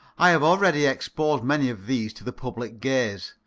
i have already exposed many of these to the public gaze,